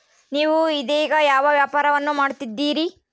ನೇವು ಇದೇಗ ಯಾವ ವ್ಯಾಪಾರವನ್ನು ಮಾಡುತ್ತಿದ್ದೇರಿ?